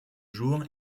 jours